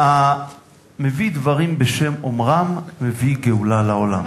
המביא דברים בשם אומרם מביא גאולה לעולם.